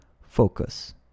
focus